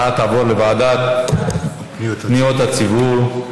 ההצעה תעבור לוועדה לפניות הציבור.